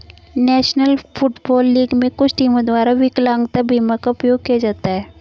national Football League में कुछ टीमों द्वारा विकलांगता बीमा का उपयोग किया जाता है